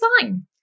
fine